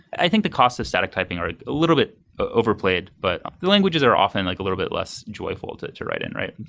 i think the costs of static typing are a little bit overplayed, but languages are often like a little bit less joyful to to write in, right? and